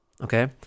okay